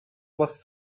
was